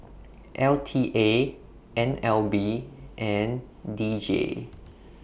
L T A N L B and D J